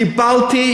קיבלתי,